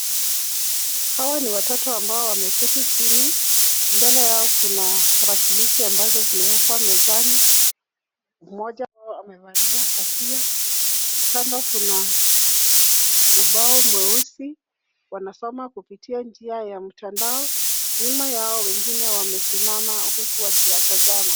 Hawa ni watoto ambao wamekiti chini. Mbele yao kuna tarakilishi ambazo zimeekwa mezani. Mmoja wao amevalia kofia, kando kuna ubao mweusi. Wanasoma kupitia njia ya mtandao. Nyuma yao wengine wamesimama huku wakiwatazama.